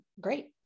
great